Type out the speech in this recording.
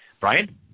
Brian